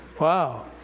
Wow